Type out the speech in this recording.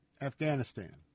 Afghanistan